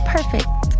Perfect